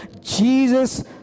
Jesus